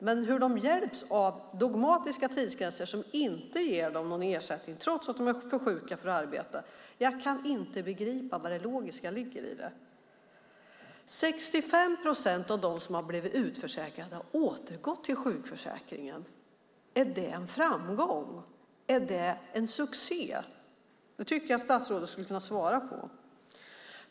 Men att de skulle hjälpas av dogmatiska tidsgränser som gör att de inte får någon ersättning trots att de är för sjuka för att arbeta är någonting jag inte kan begripa det logiska i. 65 procent av dem som har blivit utförsäkrade har återgått till sjukförsäkringen. Är det en framgång? Är det en succé? Det tycker jag att statsrådet skulle kunna svara på.